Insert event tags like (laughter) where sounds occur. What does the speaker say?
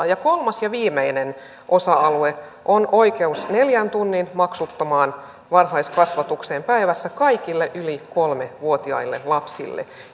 (unintelligible) ja kolmas ja viimeinen osa alue on oikeus neljän tunnin maksuttomaan varhaiskasvatukseen päivässä kaikille yli kolme vuotiaille lapsille